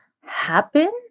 happen